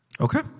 Okay